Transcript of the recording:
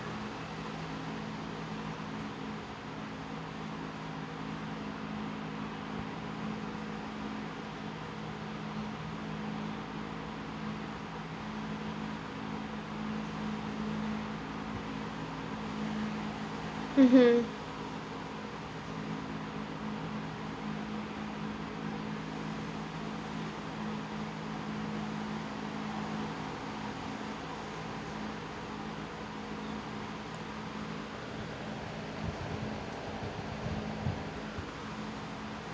mmhmm